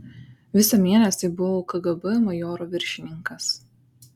visą mėnesį buvau kgb majoro viršininkas